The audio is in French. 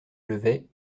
levait